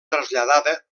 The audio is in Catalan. traslladada